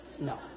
No